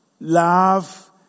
love